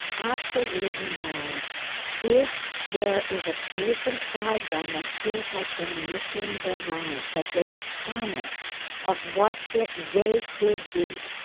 absolutely knows if there is a place inside them that feels like they're missing their lives, that there's a promise of what they could be,